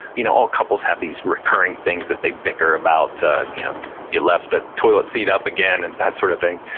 you know all couples have these recurring things that they bicker about. yeah you left the toilet seat up again and that sort of thing.